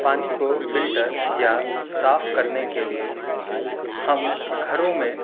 پانی کو فلٹر یا صاف کرنے کے لئے ہم گھروں میں